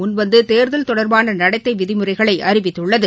முன்வந்து தேர்தல் தொடர்பான நடத்தை விதிமுறைகளை அறிவித்துள்ளது